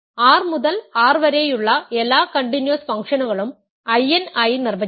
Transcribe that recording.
R മുതൽ R വരെയുള്ള എല്ലാ കണ്ടിന്യൂസ് ഫംഗ്ഷനുകളും In ആയി നിർവ്വചിക്കാം